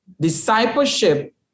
Discipleship